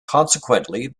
consequently